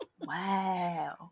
Wow